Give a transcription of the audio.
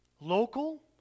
local